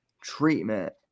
treatment